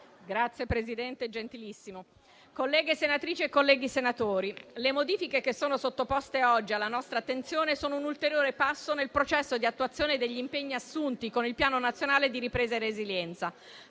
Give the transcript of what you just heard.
Signor Presidente, colleghe senatrici e colleghi senatori, le modifiche sottoposte oggi alla nostra attenzione sono un ulteriore passo nel processo di attuazione degli impegni assunti con il Piano nazionale di ripresa e resilienza.